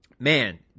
Man